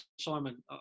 Simon